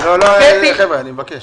לנו כמה כסף אתם מפסידים.